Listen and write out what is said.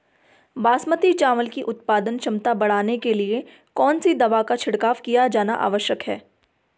बासमती चावल की उत्पादन क्षमता बढ़ाने के लिए कौन सी दवा का छिड़काव किया जाना आवश्यक है?